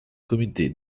comité